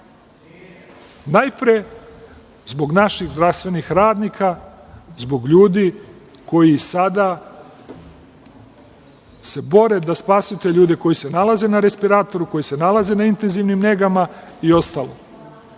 najpre zbog naših zdravstvenih radnika, zbog ljudi koji sada se bore da spasu te ljude koji se nalaze na respiratoru, koji se nalaze na intenzivnim negama i ostalo.